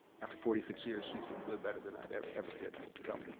after forty six years she sings way better than i ever ever did, so.